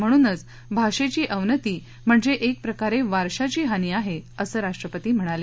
म्हणूनच भाषेची अवनती म्हणजे एक प्रकारे वारशाची हानी आहे असं राष्ट्रपती म्हणाले